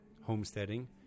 homesteading